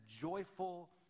joyful